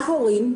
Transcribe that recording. להורים,